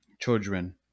children